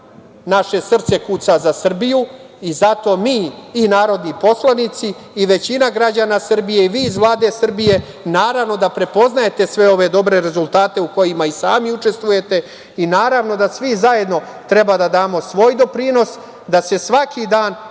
naše srce kuca za Srbiju. Zato mi i narodni poslanici i većina građana Srbije i vi iz Vlade Srbije naravno da prepoznajete sve ove dobre rezultate u kojima i sami učestvujete i naravno da svi zajedno treba da damo svoj doprinos da se svaki dan borimo